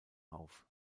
auf